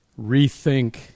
rethink